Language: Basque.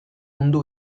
mundu